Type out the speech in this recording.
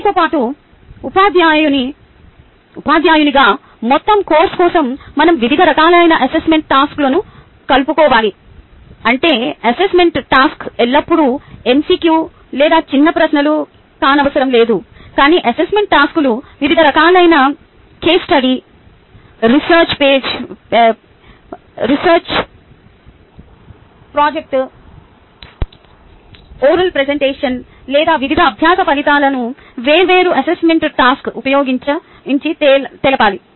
దానితో పాటు ఉపాధ్యాయునిగా మొత్తం కోర్సు కోసం మనం వివిధ రకాల అసెస్మెంట్ టాస్క్లను కలుపుకోవాలి అంటే అసెస్మెంట్ టాస్క్ ఎల్లప్పుడూ MCQ లేదా చిన్న ప్రశ్నలు కానవసరం లేదు కానీ అసెస్మెంట్ టాస్క్లు వివిధ రకాలైన case study research project oral presentation లేదా వివిధ అభ్యాస ఫలితాలను వేర్వేరు అసెస్మెంట్ టాస్క్ ఉపయోగించి తెలపాలి